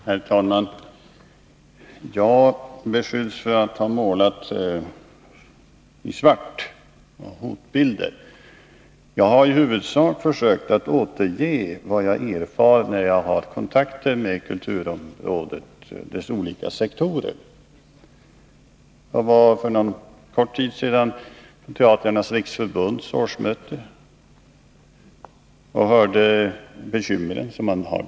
Herr talman! Jag beskylls för att ha målat i svart, att ha målat hotbilder. Jag har i huvudsak försökt återge vad jag har erfarit vid mina kontakter med kulturrådets olika sektorer. Jag var för någon tid sedan på Teatrarnas riksförbunds årsmöte och hörde där vilka bekymmer man har.